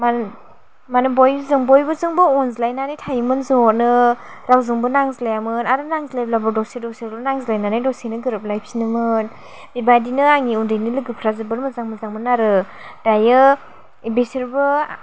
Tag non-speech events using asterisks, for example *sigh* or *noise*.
*unintelligible* माने बयबो बयजोंबो अनज्लायनानै थायोमोन ज'नो आरो रावजोंबो नांज्लायामोन आरो नांज्लायबाबो दसे दसेनो नांज्लायनानै दसेनो गोरोबलायफिनोमोन बेबायदिनो आंनि उन्दैनि लोगोफ्रा जोबोर मोजां मोजांमोन आरो दायो बिसोरबो